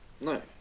No